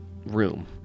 room